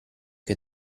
che